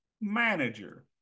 manager